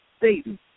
Satan